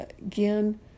again